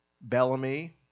Bellamy